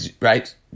right